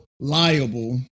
Liable